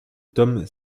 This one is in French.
tom